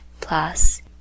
plus